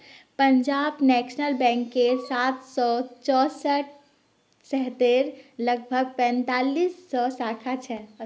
Punjab national बैंकेर सात सौ चौसठ शहरत लगभग पैंतालीस सौ शाखा छेक